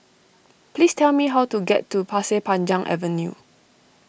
please tell me how to get to Pasir Panjang Avenue